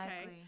okay